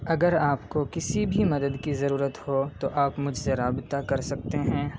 اگر آپ کو کسی بھی مدد کی ضرورت ہو تو آپ مجھ سے رابطہ کر سکتے ہیں